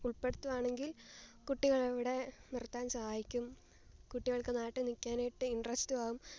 ഉൾപ്പെടുത്തുകയാണെങ്കിൽ കുട്ടികൾ ഇവിടെ നിർത്താൻ സഹായിക്കും കുട്ടികൾക്കു നാട്ടിൽ നിൽക്കാനായിട്ട് ഇൻട്രസ്റ്റും ആകും